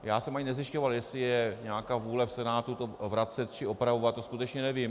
Já jsem ani nezjišťoval, jestli je nějaká vůle v Senátu to vracet či opravovat, to skutečně nevím.